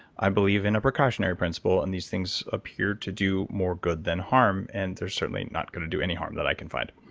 i believe in a precautionary principle, and these things appear to do more good than harm, and they're certainly not going to do any harm that i can find.